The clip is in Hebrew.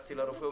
הלכתי לרופא,